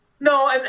No